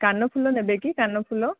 କାନଫୁଲ ନେବେ କି କାନଫୁଲ